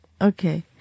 Okay